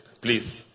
Please